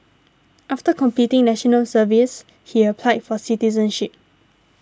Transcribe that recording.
after completing National Service he applied for citizenship